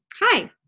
hi